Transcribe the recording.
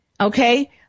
Okay